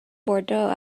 bordeaux